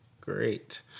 Great